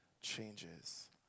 changes